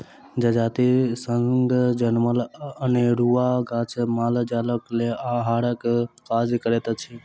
जजातिक संग जनमल अनेरूआ गाछ माल जालक लेल आहारक काज करैत अछि